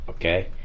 Okay